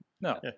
No